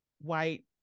white